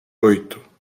oito